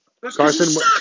Carson